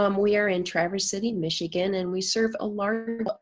um we are in traverse city, michigan and we serve a large